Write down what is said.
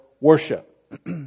worship